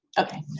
okay.